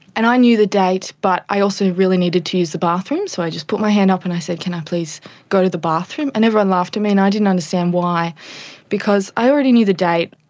and i knew the date but i also really needed to use the bathroom, so i just put my hand up and i said, can i please go to the bathroom? and everyone laughed at me, and i didn't understand why because i already knew the date,